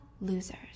losers